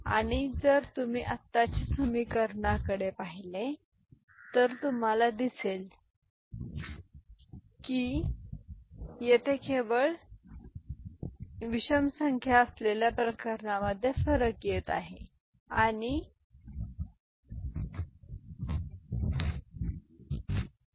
आणि जर तुम्ही आताचे समीकरणकडे पाहिले तर तुम्हाला दिसेल की येथे केवळ विचित्र संख्या असलेल्या प्रकरणांमध्ये फरक येत आहे तर हे 0 ठीक आहे